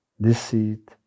Deceit